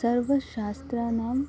सर्वशास्त्राणां